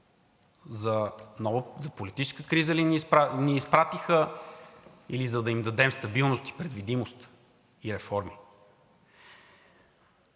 За политическа криза ли ни изпратиха, или за да им дадем стабилност, предвидимост и реформи?